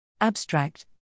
Abstract